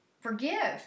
forgive